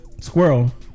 Squirrel